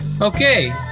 Okay